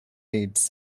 needs